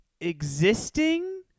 existing